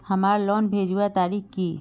हमार लोन भेजुआ तारीख की?